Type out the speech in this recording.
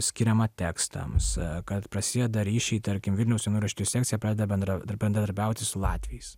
skiriama tekstams kad prasideda ryšiai tarkim vilniaus jaunųjų rašytojų sekcija pradeda bendrauti bendradarbiauti su latviais